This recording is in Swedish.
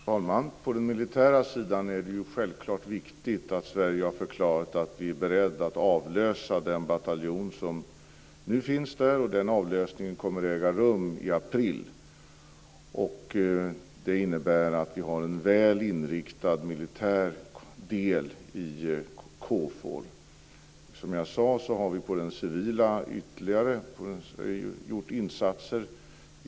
Fru talman! På den militära sidan är det självfallet viktigt att Sverige har förklarat sig berett att avlösa den bataljon som nu finns där. Den avlösningen kommer att äga rum i april. Detta innebär att vi har en väl inriktad militär del i KFOR. Som jag sade har vi på den civila sidan gjort ytterligare insatser.